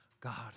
God